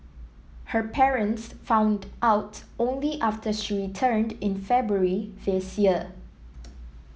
her parents found out only after she returned in February this year